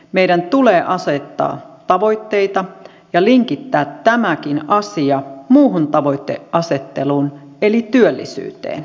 meidän tulee asettaa tavoitteita ja linkittää tämäkin asia muuhun tavoiteasetteluun eli työllisyyteen